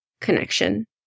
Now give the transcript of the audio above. connection